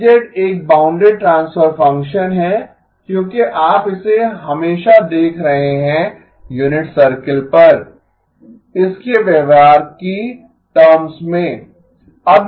H एक bounded transfer function है क्योंकि आप इसे हमेशा देख रहे हैं यूनिट सर्कल पर इसके व्यवहार की टर्म्स में